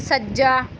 ਸੱਜਾ